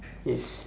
yes